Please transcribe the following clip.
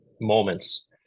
moments